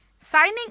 signing